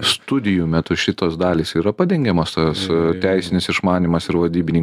studijų metu šitos dalys yra padengiamas tas teisinis išmanymas ir vadybiniai